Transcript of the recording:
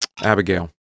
Abigail